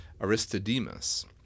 Aristodemus